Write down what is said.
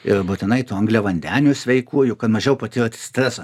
ir būtinai tų angliavandenių sveikųjų kad mažiau patirti stresą